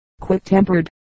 quick-tempered